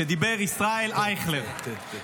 ישראל אייכלר דיבר.